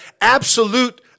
absolute